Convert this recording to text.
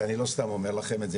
ואני לא סתם אומר לכם את זה,